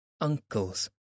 uncles